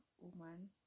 woman